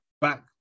Back